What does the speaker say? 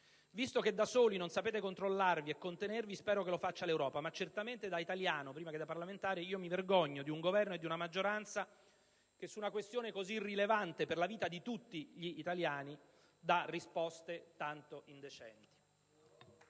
Visto che da soli non sapete controllarvi e contenervi, spero che lo faccia l'Europa. Certamente, però, da italiano prima che da parlamentare, io mi vergogno di un Governo e di una maggioranza che su una questione così rilevante per la vita di tutti gli italiani danno risposte tanto indecenti.